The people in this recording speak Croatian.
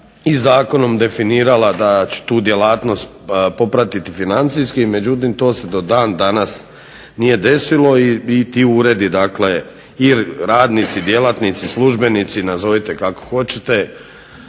i zakonom definirala da će tu djelatnost popratiti financijski, međutim to se do danas nije desilo i ti uredi dakle i radnici, djelatnici, službenici nazovite kako hoćete